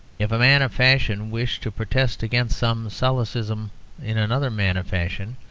if a man of fashion wished to protest against some solecism in another man of fashion,